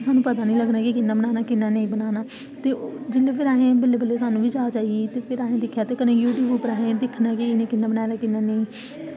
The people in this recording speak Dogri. ते स्हानू पता निं लग्गना कि किन्ना बनाना किन्ना नेईं बनाना ते फिर बल्लें बल्लें स्हानू बी जाच आई ते असें दिक्खेआ ते कन्नै असें यूट्यूब पर दिक्खने कि कियां बनाए कियां नेईं